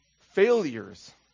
failures